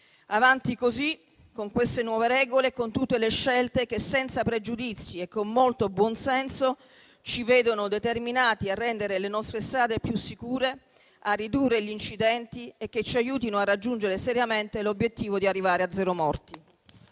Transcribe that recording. Avanti così, dunque, con queste nuove regole e con tutte le scelte che, senza pregiudizi e con molto buonsenso, ci vedono determinati a rendere le nostre strade più sicure, a ridurre gli incidenti; e che queste regole ci aiutino a raggiungere seriamente l'obiettivo di arrivare a zero morti.